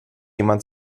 jemand